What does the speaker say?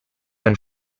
and